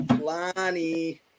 Lonnie